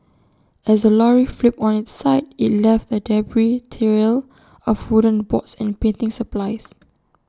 as the lorry flipped on its side IT left A debris trail of wooden boards and painting supplies